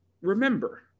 Remember